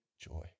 joy